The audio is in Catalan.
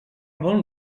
bon